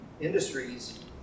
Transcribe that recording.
industries